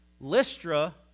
Lystra